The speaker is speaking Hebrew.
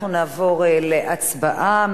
אנחנו נעבור להצבעה.